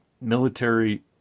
military